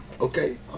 Okay